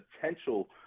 potential